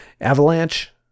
avalanche